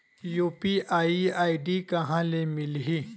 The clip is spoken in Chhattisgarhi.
यू.पी.आई आई.डी कहां ले मिलही?